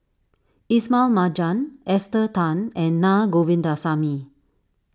Ismail Marjan Esther Tan and Naa Govindasamy